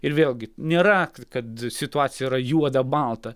ir vėlgi nėra kad situacija yra juoda balta